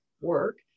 work